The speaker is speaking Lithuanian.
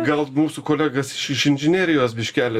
gal mūsų kolegas iš inžinerijos biškeli